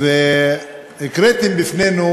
והקראתם בפנינו